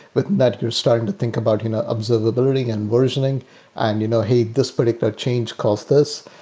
within that, you're starting to think about you know observability and versioning and, you know hey, this predictive change caused this.